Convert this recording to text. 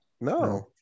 No